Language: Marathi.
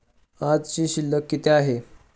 आजची शिल्लक किती आहे?